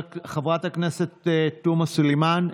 חברת הכנסת תומא סלימאן,